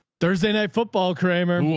thursday night football kramer.